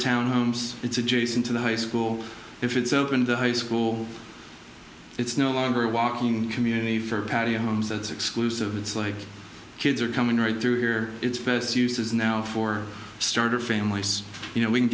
townhomes it's adjacent to the high school if it's open to high school it's no longer a walking community for patio homes that's exclusive it's like kids are coming right through here it's best uses now for starter families you know we can